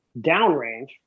downrange